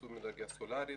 יישום אנרגיה סולארית,